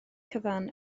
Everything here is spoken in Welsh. cyfan